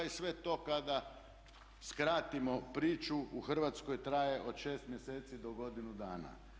I sve to kada skratimo priču u Hrvatskoj traje od 6 mjeseci do godinu dana.